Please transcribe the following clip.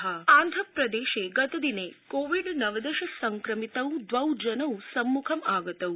Andhra corona आंध्रप्रदेशे गतदिने Covid नवदश संक्रमितौ द्वौ जनौ सम्मुखं आगतौ